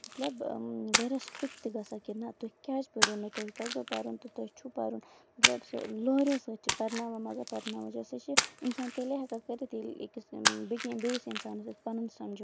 مطلب واریاہ سِٹرِکٹ تہِ گژھان کہِ نہ تُہۍ کیازِ پٔرِو نہٕ تۄہہِ پَزیو پَرُن تہٕ تۄہہِ چھُو پَرُن مطلب سُہ لوریو سۭتۍ چھِ پَرناوان مَگر پَرناوان چھِ ویسے چھُ اِنسان تیلہِ ہٮ۪کان کٔرِتھ ییٚلہِ بیٚیس اِنسانَس أسۍ پَنُن سَمجھو